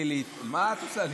מה את רוצה?